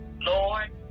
Lord